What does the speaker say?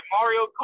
Mario